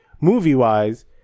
movie-wise